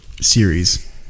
series